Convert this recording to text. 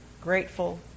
grateful